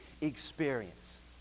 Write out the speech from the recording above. experience